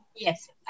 Yes